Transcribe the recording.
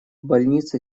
больнице